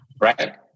Right